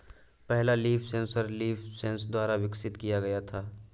पहला leaf sensor LeafSens द्वारा विकसित किया गया था